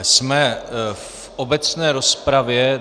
Jsme v obecné rozpravě.